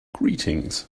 greetings